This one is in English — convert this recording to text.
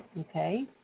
Okay